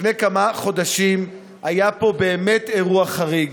לפני כמה חודשים היה פה באמת אירוע חריג,